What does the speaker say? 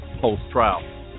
post-trial